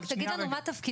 רק תאמר לנו מה תפקידך.